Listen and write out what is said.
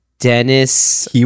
Dennis